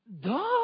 duh